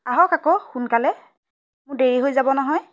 আহক আকৌ সোনকালে মোৰ দেৰি হৈ যাব নহয়